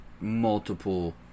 multiple